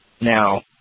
Now